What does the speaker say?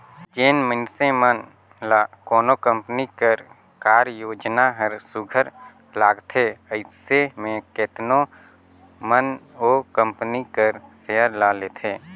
जेन मइनसे मन ल कोनो कंपनी कर कारयोजना हर सुग्घर लागथे अइसे में केतनो मन ओ कंपनी कर सेयर ल लेथे